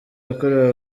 yakorewe